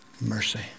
mercy